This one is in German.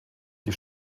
die